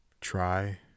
Try